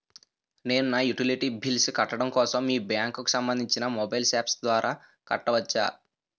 నేను నా utility bills కట్టడం కోసం మీ బ్యాంక్ కి సంబందించిన మొబైల్ అప్స్ ద్వారా కట్టవచ్చా?